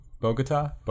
Bogota